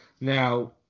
Now